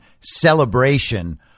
celebration